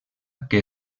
que